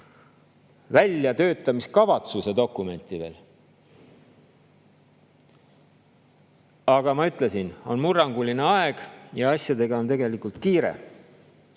väljatöötamiskavatsuse dokumente veel. Aga nagu ma ütlesin, on murranguline aeg ja asjaga on tegelikult kiire.